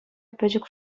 пӗчӗк